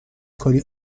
کاری